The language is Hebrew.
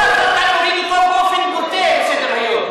לא, ככה אתה מוריד אותו באופן בוטה מסדר-היום.